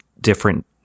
different